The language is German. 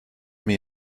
mir